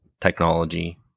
technology